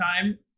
time